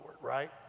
right